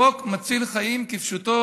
חוק מציל חיים כפשוטו.